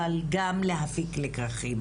אבל גם להפיק לקחים.